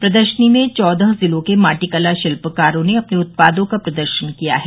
प्रदर्शनी में चौदह जिलों के माटीकला शिल्पकारों ने अपने उत्पादों का प्रदर्शन किया है